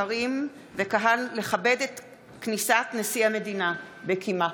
מהשרים ומהקהל לכבד את כניסת נשיא המדינה בקימה.